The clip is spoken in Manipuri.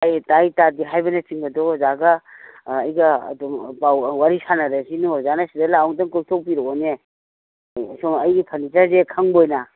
ꯇꯥꯏ ꯇꯥꯗꯦ ꯍꯥꯏꯕꯅꯆꯤꯡꯕꯗꯣ ꯑꯣꯖꯥꯒ ꯑꯩꯒ ꯑꯗꯨꯝ ꯄꯥꯎ ꯋꯥꯔꯤ ꯁꯥꯟꯅꯔꯁꯤꯅꯦ ꯑꯣꯖꯥꯅ ꯁꯤꯗ ꯂꯥꯎ ꯑꯝꯇꯪ ꯀꯣꯏꯊꯣꯛꯄꯤꯔꯛꯎꯅꯦ ꯁꯨꯝ ꯑꯩꯒꯤ ꯐꯔꯅꯤꯆꯔꯖꯦ ꯈꯪꯕ ꯑꯣꯏꯅ